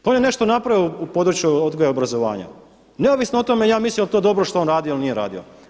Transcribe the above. Pa on je nešto napravio u području odgoja i obrazovanja neovisno o tome ja mislio jel' to dobro što je on radio ili nije radio.